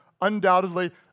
undoubtedly